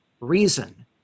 reason